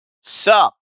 Sup